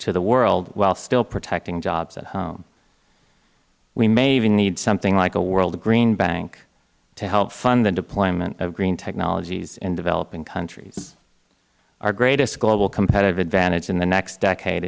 the world while still protecting jobs at home we may even need something like a world green bank to help fund the deployment of green technologies in developing countries our greatest global competitive advantage in the next decade